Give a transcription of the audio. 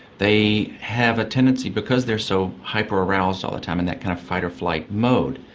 they have a tendency, because they are so hyper-aroused all the time in that kind of fight or flight mode,